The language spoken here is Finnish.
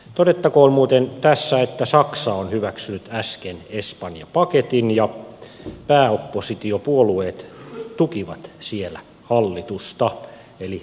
todettakoon muuten tässä että saksa on hyväksynyt äsken espanja paketin ja pääoppositiopuolueet tukivat siellä hallitusta eli miettikää vielä